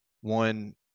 one